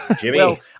Jimmy